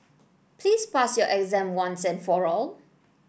please pass your exam once and for all